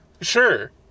Sure